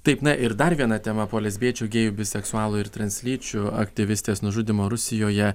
taip na ir dar viena tema po lesbiečių gėjų biseksualų ir translyčių aktyvistės nužudymo rusijoje